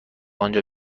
آنجا